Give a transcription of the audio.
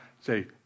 say